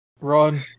Run